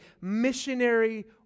missionary